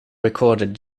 recorded